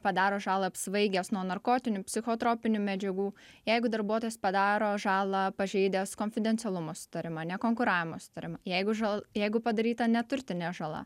padaro žalą apsvaigęs nuo narkotinių psichotropinių medžiagų jeigu darbuotojas padaro žalą pažeidęs konfidencialumo sutarimą nekonkuravimo sutarimą jeigu žal jeigu padaryta neturtinė žala